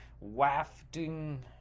wafting